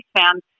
fans